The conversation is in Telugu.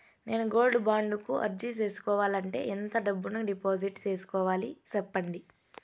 నేను గోల్డ్ బాండు కు అర్జీ సేసుకోవాలంటే ఎంత డబ్బును డిపాజిట్లు సేసుకోవాలి సెప్పండి